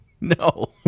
No